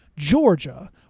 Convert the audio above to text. georgia